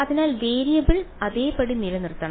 അതിനാൽ വേരിയബിൾ അതേപടി നിലനിർത്തണം